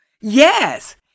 Yes